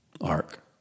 ark